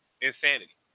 insanity